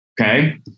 Okay